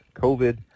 COVID